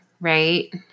right